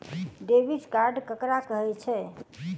Debit card ककरा कहै छै?